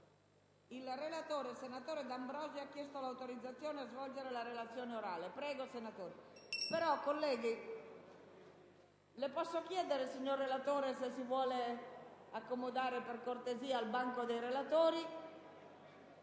senatore D'Ambrosio, ha chiesto l'autorizzazione a svolgere la relazione orale.